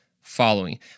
following